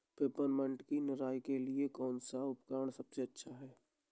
Peppermint की निराई के लिए कौन सा उपकरण सबसे अच्छा है?